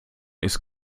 ist